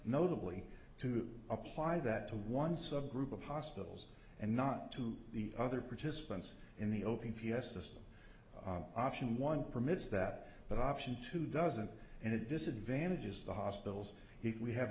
notably to apply that to one subgroup of hospitals and not to the other participants in the o p s the option one permits that that option too doesn't and it disadvantages the hospitals if we have